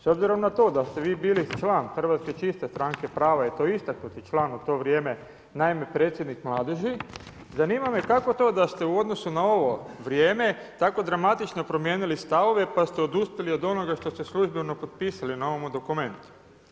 S obzirom da ste vi bili član Hrvatske čiste stranke prava i to istaknuti član u to vrijeme naime predsjednik mladeži, zanima me kako to da ste u odnosu na ovo vrijeme tako dramatično promijenili stavove pa ste odustali od onoga što ste službeno potpisali na ovom dokumentu.